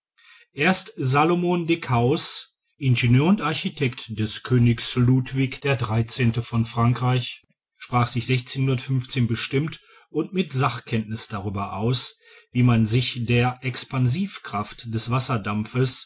erst salomon de caus ingenieur und architekt des königs ludwig xiii von frankreich sprach sich bestimmt und mit sachkenntniß darüber aus wie man sich der expansivkraft des wasserdampfes